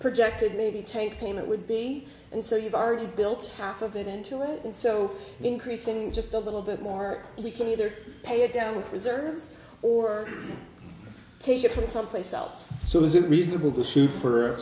projected maybe take payment would be and so you've already built half of it and so increasing just a little bit more we can either pay it down with reserves or take it from someplace else so is it reasonable to shoot for